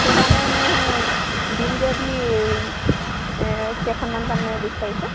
সেইকাৰণে মানে সেই দিমগৈ বুলি কেইখনমান তাৰ মানে বিচাৰিছোঁ